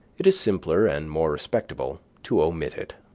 it is simpler and more respectable to omit it.